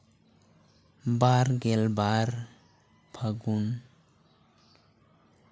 ᱵᱟᱨᱜᱮᱞ ᱵᱟᱨ ᱯᱷᱟᱹᱜᱩᱱ